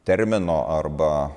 termino arba